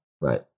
Right